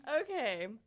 Okay